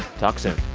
talk soon